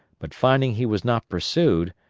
but finding he was not pursued,